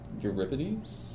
Euripides